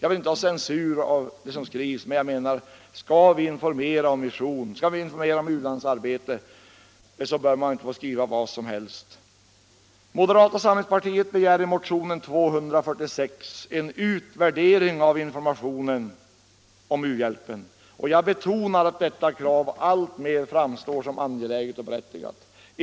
Jag vill inte ha censur av det som skrivs, men skall man informera om mission och u-landsarbete bör man inte få skriva vad som helst. Moderata samlingspartiet begär i motionen 246 en utvärdering av informationen om u-hjälpen, och jag betonar att detta krav framstår som alltmer angeläget och berättigat.